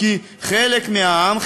כי חלק מהעם,